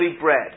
bread